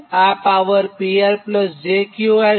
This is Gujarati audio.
અને પાવર PR jQR છે